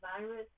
virus